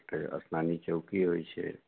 एकटा स्नानी चौकी होइत छै